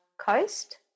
coast